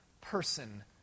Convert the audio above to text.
person